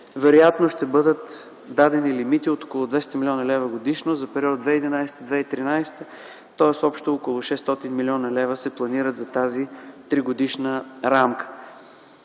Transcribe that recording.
вероятно ще бъдат дадени лимити около 200 млн. лв. годишно за периода 2011 2013 г., тоест общо около 600 млн. лв. се планират за тази 3-годишна рамка